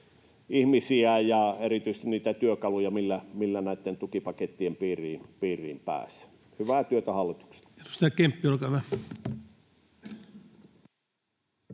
ihmisiä erityisesti niistä työkaluista, millä näitten tukipakettien piiriin pääsee. Hyvää työtä hallitukselta. Edustaja Kemppi, olkaa hyvä.